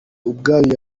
ubwayo